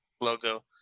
logo